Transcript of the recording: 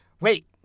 Wait